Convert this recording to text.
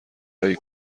هایی